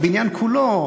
הבניין כולו